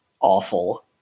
awful